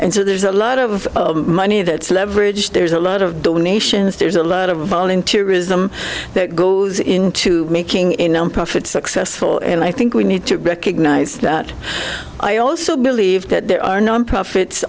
and so there's a lot of money that's leverage there's a lot of donations there's a lot of volunteer ism that goes into making a profit successful and i think we need to recognise that i also believe that there are nonprofits